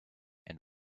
and